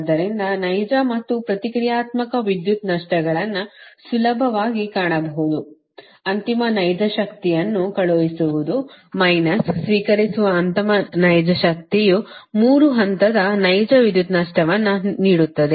ಆದ್ದರಿಂದ ನೈಜ ಮತ್ತು ಪ್ರತಿಕ್ರಿಯಾತ್ಮಕ ವಿದ್ಯುತ್ ನಷ್ಟಗಳನ್ನು ಸುಲಭವಾಗಿ ಕಾಣಬಹುದು ಅಂತಿಮ ನೈಜ ಶಕ್ತಿಯನ್ನು ಕಳುಹಿಸುವುದು ಮೈನಸ್ ಸ್ವೀಕರಿಸುವ ಅಂತಿಮ ನೈಜ ಶಕ್ತಿಯು 3 ಹಂತದ ನೈಜ ವಿದ್ಯುತ್ ನಷ್ಟವನ್ನು ನೀಡುತ್ತದೆ